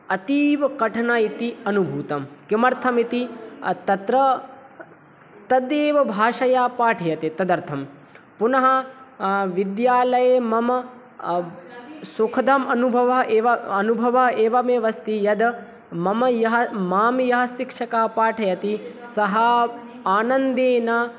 अतीवकठिनः इति अनुभूतं किमर्थमिति तत्र तयैव भाषया पाठ्यते तदर्थं पुनः विद्यालये मम सुखदम् अनुभवः एव अनुभवः एवमेव अस्ति यद मम यः मां य शिक्षकः पाठयति सः आनन्देन